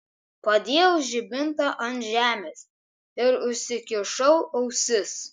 padėjau žibintą ant žemės ir užsikišau ausis